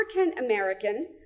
African-American